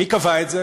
מי קבע את זה?